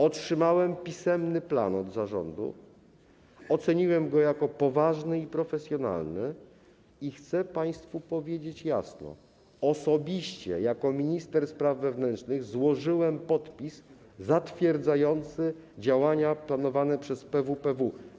Otrzymałem pisemny plan od zarządu, oceniłem go jako poważny i profesjonalny i chcę państwu powiedzieć jasno: Osobiście jako minister spraw wewnętrznych złożyłem podpis zatwierdzający działania planowane przez PWPW.